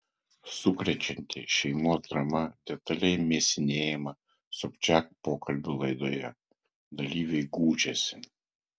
sukrečianti šeimos drama detaliai mėsinėjama sobčiak pokalbių laidoje dalyviai gūžiasi